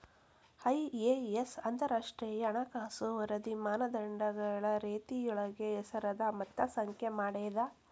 IAS ಅಂತರಾಷ್ಟ್ರೇಯ ಹಣಕಾಸು ವರದಿ ಮಾನದಂಡಗಳ ರೇತಿಯೊಳಗ ಹೆಸರದ ಮತ್ತ ಸಂಖ್ಯೆ ಮಾಡೇದ